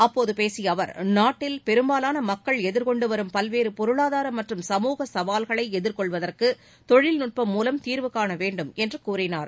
அப்போது பேசிய அவர் நாட்டில் பெரும்பாலான மக்கள் எதிர்கொண்டு வரும் பல்வேறு பொருளாதார மற்றும் சமூக சவால்களை எதிர்கொள்வதற்கு தொழில்நுட்பம் மூலம் தீர்வு காண வேண்டும் என்று கூறினார்